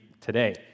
today